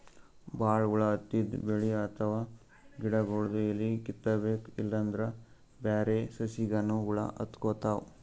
ಭಾಳ್ ಹುಳ ಹತ್ತಿದ್ ಬೆಳಿ ಅಥವಾ ಗಿಡಗೊಳ್ದು ಎಲಿ ಕಿತ್ತಬೇಕ್ ಇಲ್ಲಂದ್ರ ಬ್ಯಾರೆ ಸಸಿಗನೂ ಹುಳ ಹತ್ಕೊತಾವ್